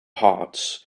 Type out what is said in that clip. hearts